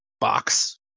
box